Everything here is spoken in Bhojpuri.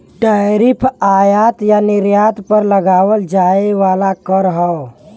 टैरिफ आयात या निर्यात पर लगावल जाये वाला कर हौ